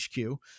HQ